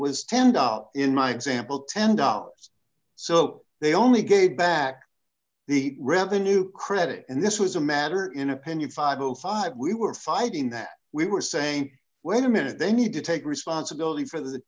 was ten dollars doubt in my example ten dollars so they only gave back the revenue credit and this was a matter in opinion five o five we were fighting that we were saying wait a minute they need to take responsibility for the